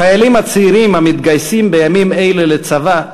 החיילים הצעירים המתגייסים בימים אלה לצבא,